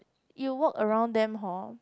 you walk around them hor